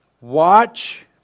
watch